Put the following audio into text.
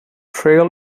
trail